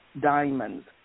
diamonds